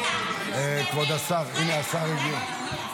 כבוד השר, הינה, השר הגיע.